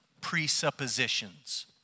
presuppositions